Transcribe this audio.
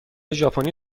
ژاپنی